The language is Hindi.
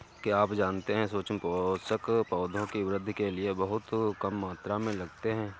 क्या आप जानते है सूक्ष्म पोषक, पौधों की वृद्धि के लिये बहुत कम मात्रा में लगते हैं?